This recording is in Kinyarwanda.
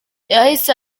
yahise